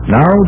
Now